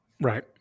right